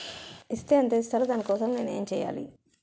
Is తే ఎంత ఇస్తారు దాని కోసం నేను ఎంచ్యేయాలి?